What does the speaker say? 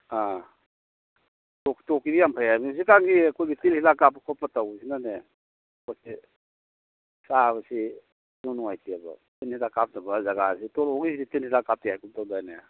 ꯑ ꯇꯣꯞꯀꯤꯗꯤ ꯌꯥꯝ ꯐꯩ ꯍꯥꯏꯕꯅꯤ ꯍꯧꯖꯤꯛꯀꯥꯟꯒꯤ ꯑꯩꯈꯣꯏꯒꯤ ꯇꯤꯟ ꯍꯤꯗꯥꯛ ꯀꯥꯞꯄ ꯈꯣꯠꯄ ꯇꯧꯕꯁꯤꯅꯅꯦ ꯄꯣꯠꯁꯦ ꯆꯥꯕꯁꯤ ꯏꯅꯨꯡ ꯅꯨꯡꯉꯥꯏꯇꯦꯕ ꯇꯤꯟ ꯍꯤꯗꯥꯛ ꯀꯥꯞꯇꯕ ꯖꯒꯥꯁꯤ ꯇꯣꯞꯂꯣꯝꯒꯤꯁꯦ ꯇꯤꯟ ꯍꯤꯗꯥꯛ ꯀꯥꯞꯇꯦ ꯍꯥꯏꯒꯨꯝ ꯇꯧꯗꯥꯏꯅꯦ